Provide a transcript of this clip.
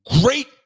Great